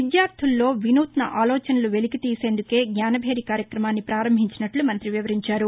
విద్యార్దులలో విసూత్న ఆలోచనలు వెలికి తీయడానికే జ్ఞానభేరి కార్యక్రమాన్ని పారంభించినట్లు మంత్రి వివరించారు